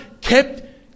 kept